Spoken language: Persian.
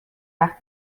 وقتی